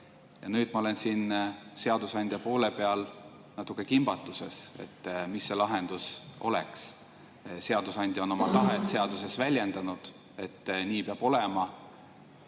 nüüd ma olengi siin seadusandja poole peal natuke kimbatuses, et mis see lahendus oleks. Seadusandja on oma tahet, et nii peab olema,